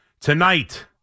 tonight